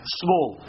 small